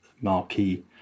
marquee